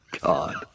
God